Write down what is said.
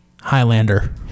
Highlander